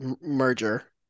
merger